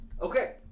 Okay